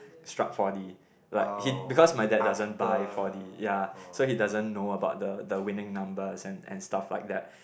struck four D like he because my dad doesn't buy four D ya so he doesn't know about the the winning numbers and stuff like that